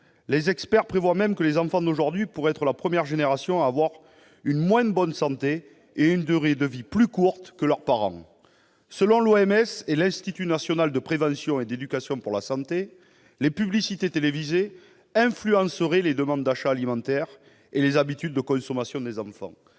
Les experts prévoient même que les enfants d'aujourd'hui pourraient être la première génération à avoir une moins bonne santé et une durée de vie plus courte que leurs parents. Selon l'OMS et l'Institut national de prévention et d'éducation pour la santé, les publicités télévisées influenceraient les demandes d'achats alimentaires et les habitudes de consommation des enfants,